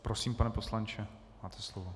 Prosím, pane poslanče, máte slovo.